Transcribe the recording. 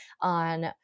on